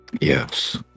Yes